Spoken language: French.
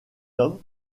homme